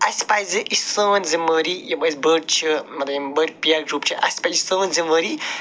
اَسہِ پَزِ یہِ چھِ سٲنۍ ذِموٲری یِم أسۍ بٔڑۍ چھِ مطلب یِم چھِ اَسہِ پَزِ یہِ چھِ سٲنۍ ذِموٲری